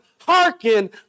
hearken